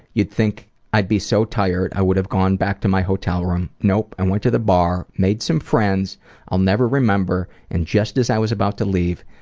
you'd think i'd be so tired i would have gone back to my hotel room. no. i went to the bar, made some friends i'll never remember, and just as i was about to leave,